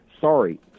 sorry